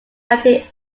united